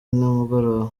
nimugoroba